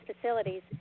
facilities